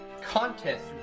contest